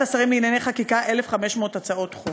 השרים לענייני חקיקה 1,500 הצעות חוק.